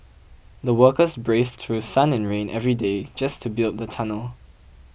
the workers braved through sun and rain every day just to build the tunnel